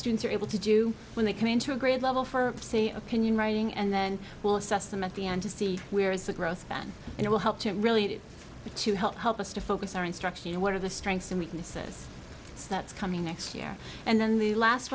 students are able to do when they come in to a grade level for say opinion writing and then we'll assess them at the end to see where is the growth and it will help to really get to help help us to focus our instruction and what are the strengths and weaknesses that's coming next year and then the last